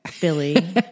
Billy